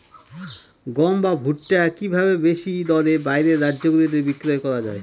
গম বা ভুট্ট কি ভাবে বেশি দরে বাইরের রাজ্যগুলিতে বিক্রয় করা য়ায়?